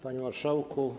Panie Marszałku!